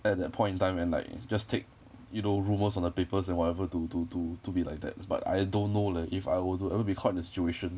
at that point in time and like just take you know rumours on the papers and whatever to to to to be like that but I don't know leh if I were to ever be caught the situation